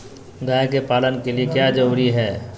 गाय के पालन के लिए क्या जरूरी है?